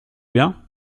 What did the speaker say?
bien